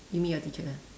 you mean your teacher